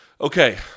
Okay